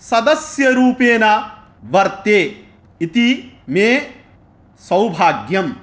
सदस्यरूपेण वर्ते इति मे सौभाग्यं